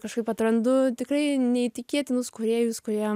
kažkaip atrandu tikrai neįtikėtinus kūrėjus kurie